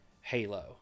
Halo